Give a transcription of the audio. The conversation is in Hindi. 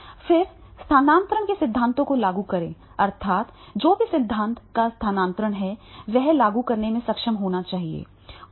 फिर स्थानांतरण के सिद्धांतों को लागू करें अर्थात् जो भी सिद्धांत का स्थानांतरण है वह लागू करने में सक्षम होना चाहिए